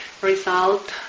result